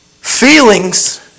feelings